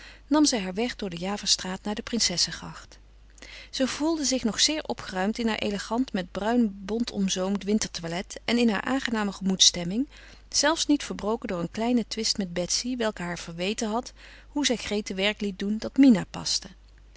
nam zij haar weg door de javastraat naar de princessegracht ze gevoelde zich nog zeer opgeruimd in haar elegant met bruin bont omzoomd wintertoilet en in haar aangename gemoedsstemming zelfs niet verbroken door een kleinen twist met betsy welke haar verweten had hoe zij grete werk liet doen dat mina paste